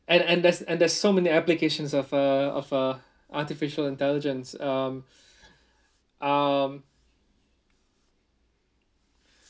and and there's and there's so many applications of uh of uh artificial intelligence um um